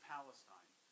Palestine